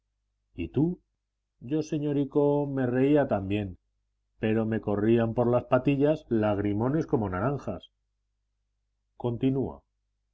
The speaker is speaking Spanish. y tú yo señorico me reía también pero me corrían por las patillas lagrimones como naranjas continúa